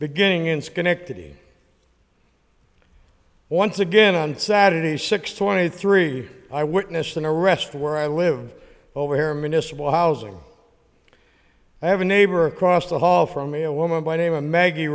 beginning in schenectady once again on saturday six twenty three i witnessed in a rest where i live over here municipal housing i have a neighbor across the hall from me a woman by name of maggie